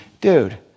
Dude